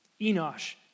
Enosh